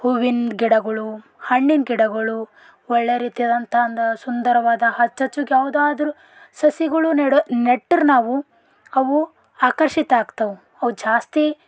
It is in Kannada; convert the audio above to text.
ಹೂವಿನ ಗಿಡಗಳು ಹಣ್ಣಿನ ಗಿಡಗಳು ಒಳ್ಳೆಯ ರೀತಿಯಾದಂಥ ಒಂದು ಸುಂದರವಾದ ಹಚ್ಚ ಹಚ್ಚಗೆ ಯಾವುದಾದ್ರೂ ಸಸಿಗಳು ನೆಡೋ ನೆಟ್ರೆ ನಾವು ಅವು ಆಕರ್ಷಿತ ಆಗ್ತಾವೆ ಅವು ಜಾಸ್ತಿ